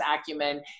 acumen